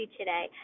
today